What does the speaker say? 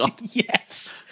Yes